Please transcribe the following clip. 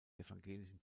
evangelischen